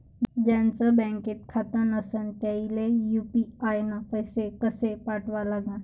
ज्याचं बँकेत खातं नसणं त्याईले यू.पी.आय न पैसे कसे पाठवा लागन?